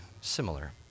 similar